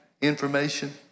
information